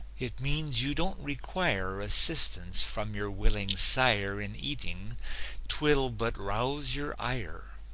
it means you don't require assistance from your willing sire in eating twill but rouse your ire.